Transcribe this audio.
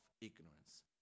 ignorance